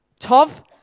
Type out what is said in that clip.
Tov